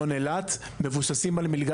אם מישהו מתאים ללימודים הוא לא יקבל בשנה א'?